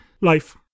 life